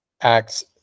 Acts